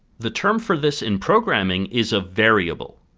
the term for this in programming is a variable.